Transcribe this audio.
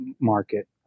market